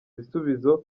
ibisubizo